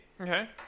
Okay